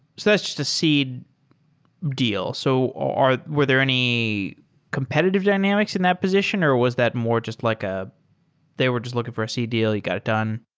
so that's just a seed deal. so were there any competitive dynamics in that position or was that more just like ah they were just looking for a seed deal. you got it done?